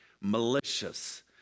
malicious